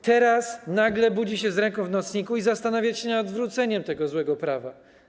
Teraz nagle budzi się z ręką w nocniku i zastanawia się nad odwróceniem tego złego prawa.